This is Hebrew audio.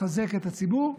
לחזק את הציבור,